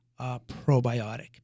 probiotic